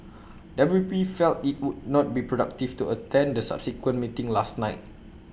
W P felt IT would not be productive to attend the subsequent meeting last night